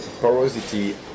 porosity